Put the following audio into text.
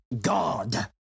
god